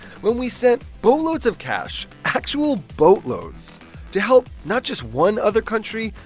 when we sent boatloads of cash actual boatloads to help not just one other country,